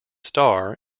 star